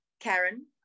Karen